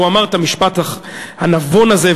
הוא אמר את המשפט הנבון הזה,